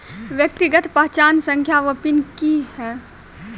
व्यक्तिगत पहचान संख्या वा पिन की है?